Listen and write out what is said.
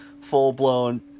full-blown